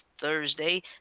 Thursday